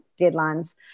deadlines